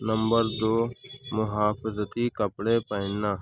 number دو محافظتی کپڑے پہننا